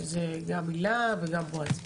גם הילה וגם בעז.